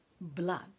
blood